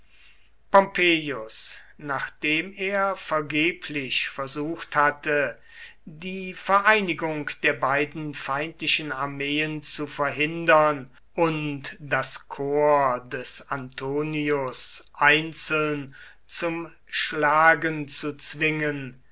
pompeius nachdem er vergeblich versucht hatte die vereinigung der beiden feindlichen armeen zu verhindern und das korps des antonius einzeln zum schlagen zu zwingen